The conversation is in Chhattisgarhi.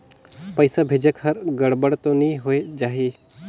पइसा भेजेक हर गड़बड़ तो नि होए जाही?